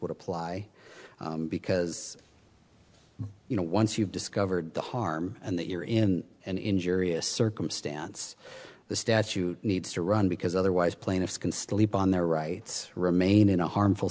would apply because you know once you've discovered the harm and that you're in an injury a circumstance the statute needs to run because otherwise plaintiffs can sleep on their rights remain in a harmful